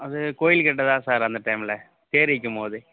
அது கோயிலுக்கிட்ட தான் சார் அந்த டைமில் தேர் இழுக்கும் போது